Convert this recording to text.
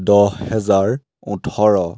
দহ হেজাৰ ওঠৰ